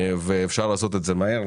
ואפשר לעשות את זה מהר,